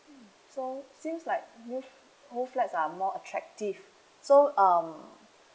so seems like moved moved flat are more attractive so um